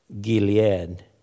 Gilead